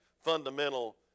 fundamental